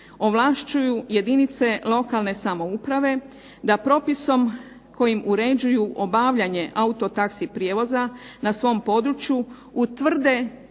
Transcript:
ovlašću jedinice lokalne samouprave da propisom kojim uređuju obavljanje autotaxi prijevoza na svom području utvrde